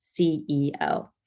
CEO